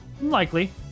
Likely